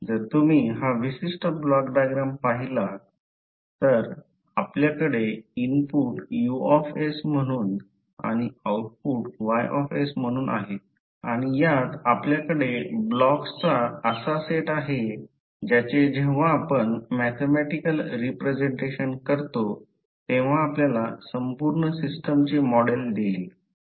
जर तुम्ही हा विशिष्ट ब्लॉक डायग्राम पहिला तर आपल्याकडे इनपुट U म्हणून आणि आऊटपुट Y म्हणून आहे आणि यात आपल्याकडे ब्लॉक्सचा असा सेट आहे ज्याचे जेव्हा आपण मॅथॅमॅटिकॅल रिप्रेझेंटेशन करतो तेव्हा आपल्याला संपूर्ण सिस्टमचे मॉडेल देईल